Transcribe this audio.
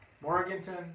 Morganton